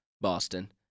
Boston